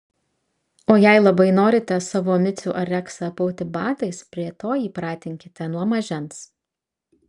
o jei labai norite savo micių ar reksą apauti batais prie to jį pratinkite nuo mažens